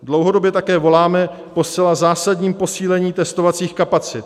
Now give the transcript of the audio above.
Dlouhodobě také voláme po zcela zásadním posílení testovacích kapacit.